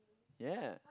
ya